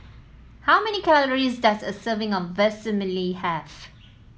how many calories does a serving of Vermicelli have